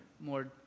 more